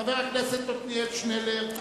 חבר הכנסת עתניאל שנלר,